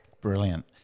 Brilliant